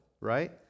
right